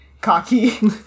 cocky